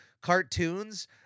cartoons